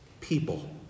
people